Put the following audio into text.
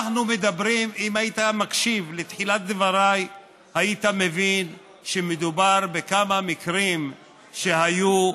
אם היית מקשיב לתחילת דבריי היית מבין שמדובר בכמה מקרים שהיו,